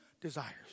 desires